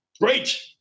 great